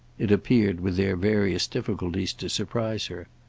it appeared, with their various difficulties, to surprise her.